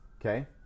Okay